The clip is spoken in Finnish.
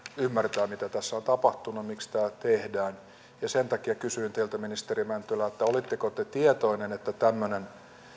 ymmärtää mitä tässä on tapahtunut miksi tämä tehdään ja sen takia kysyin teiltä ministeri mäntylä olitteko te tietoinen että tämmöinen